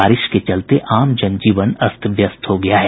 बारिश के चलते जनजीवन अस्त व्यस्त हो गया है